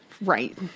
Right